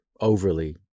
overly